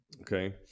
Okay